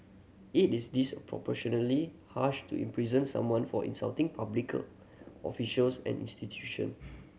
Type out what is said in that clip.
it is disproportionately harsh to imprison someone for insulting public officials and institution